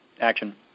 action